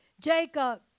jacob